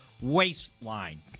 waistline